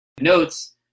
notes